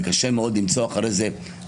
קשה מאוד למצוא דיינים,